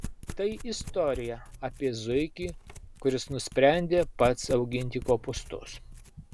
tai istorija apie zuikį kuris nusprendė pats auginti kopūstus